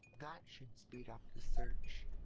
that should speed up the search.